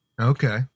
Okay